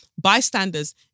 Bystanders